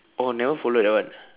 oh never follow that one